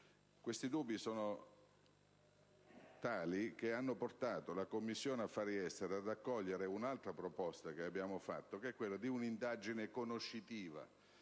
Questi dubbi sono tali che hanno portato la Commissione affari esteri ad accogliere un'altra proposta che abbiamo fatto, che è quella di un'indagine conoscitiva